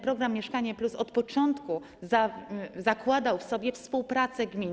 Program „Mieszkanie+” od początku zakładał w sobie współpracę gmin.